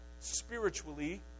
spiritually